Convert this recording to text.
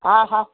हा हा